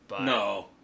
No